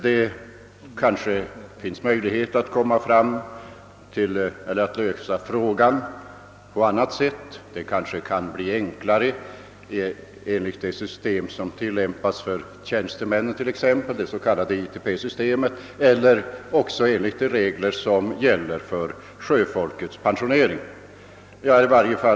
Det kanske blir möjligt att finna en lösning på annat sätt. Det kan bli enklare att finna en sådan, t.ex. enligt det system som tillämpas för tjänstemännen, det s.k. ITP-systemet, eller enligt de regler som gäller för sjöfolkets pensionering.